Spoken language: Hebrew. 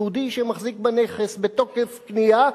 יהודי שמחזיק בנכס בתוקף קנייה,